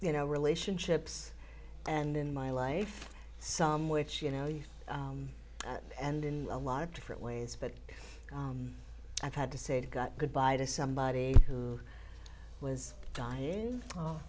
you know relationships and in my life some which you know you and in a lot of different ways but i've had to say got goodbye to somebody who was dying